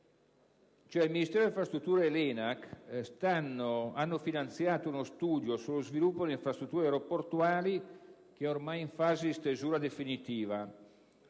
Il Ministero delle infrastrutture e l'ENAC hanno finanziato uno studio sullo sviluppo delle infrastrutture aeroportuali che è ormai in fase di stesura definitiva.